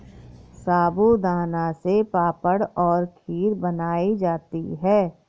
साबूदाना से पापड़ और खीर बनाई जाती है